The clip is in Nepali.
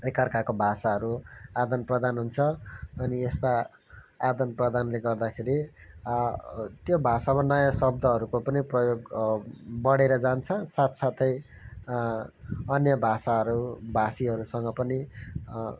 एकअर्काको भाषाहरू आदान प्रदान हुन्छ अनि यस्ता आदान प्रदानले गर्दा खेरि त्यो भाषामा नयाँ शब्दहरूको पनि प्रयोग बढेर जान्छ साथसाथै अन्य भाषाहरू भाषीहरूसँग पनि